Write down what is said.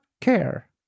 care